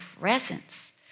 presence